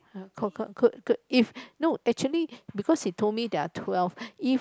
forgot good good if no actually because he told me there are twelve if